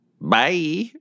Bye